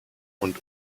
und